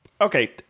okay